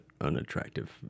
unattractive